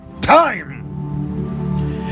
time